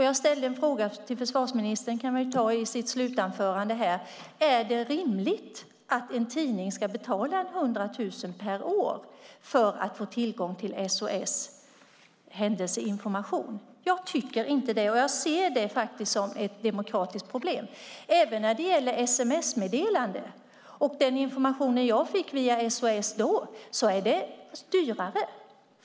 Jag ställde en fråga till försvarsministern som han kan svara på i sitt slutanförande: Är det rimligt att en tidning ska betala 100 000 per år för att få tillgång till SOS Alarms Händelseinformation? Jag tycker inte det, och jag ser det som ett demokratiskt problem. Enligt den information jag fått via SOS Alarm är det också dyrare med sms-meddelanden.